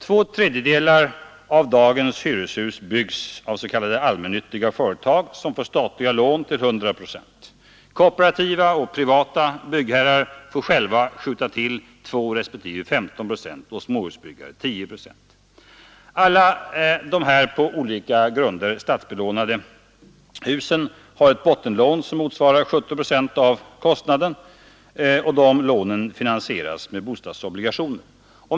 Två tredjedelar av dagens hyreshus byggs av s.k. allmännyttiga företag, som får statliga lån till 100 procent. Kooperativa och privata byggherrar får själva skjuta till 2 respektive 15 procent och småhusbyggare 10 procent. Alla dessa på olika grunder statsbelånade hus har ett ”bottenlån” som motsvarar ca 70 procent av kostnaden. De lånen finansieras med bostadsobligationer.